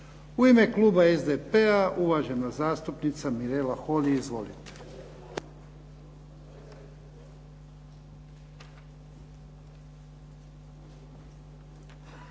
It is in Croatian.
U ime Kluba SDP-a, uvažena zastupnica Mirela Holy. Izvolite.